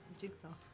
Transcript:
jigsaw